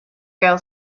girl